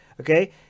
okay